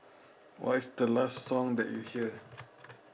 what is the last song that you hear